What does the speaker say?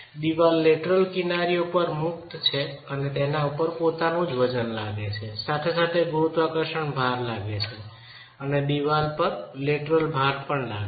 દીવાલ લેટરલ કિનારીઓ પર મુક્ત છે અને તેના ઉપર પોતાનું વજન લાગે છે સાથે સાથે ગુરુત્વાકર્ષણ ભાર લાગે છે અને દિવાલ પર લેટરલ ભાર પણ લાગે છે